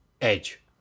Edge